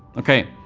okay,